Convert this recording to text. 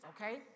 okay